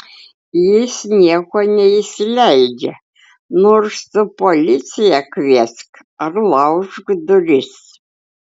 jis nieko neįsileidžia nors tu policiją kviesk ar laužk duris